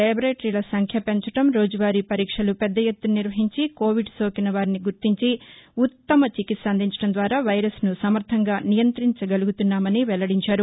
లేబరేటరీల సంఖ్య పెంచడం రోజువారీ పరీక్షలు పెద్ద ఎత్తున నిర్వహించి కోవిడ్ సోకిన వారిని గుర్తించి ఉత్తమ చికిత్స అందించడం ద్వారా వైరస్ ను సమర్టంగా నియంతించగలుగుతున్నామని కేంద్ర మంతి వెల్లడించారు